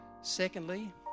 secondly